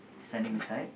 standing beside